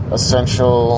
Essential